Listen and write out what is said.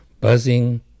buzzing